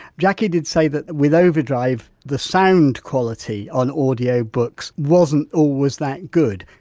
jackie did say that with overdrive the sound quality on audio books wasn't always that good,